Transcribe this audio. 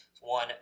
One